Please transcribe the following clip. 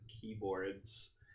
Keyboards